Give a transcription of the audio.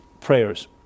prayers